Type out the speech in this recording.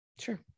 Sure